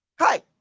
Hi